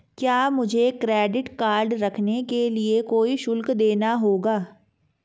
क्या मुझे credit card रखने के लिए कोई शुल्क देना होगा?